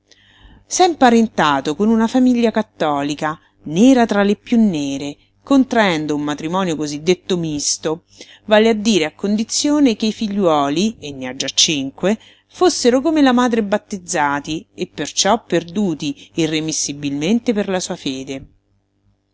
piú s'è imparentato con una famiglia cattolica nera tra le piú nere contraendo un matrimonio cosiddetto misto vale a dire a condizione che i figliuoli e ne ha già cinque fossero come la madre battezzati e perciò perduti irremissibilmente per la sua fede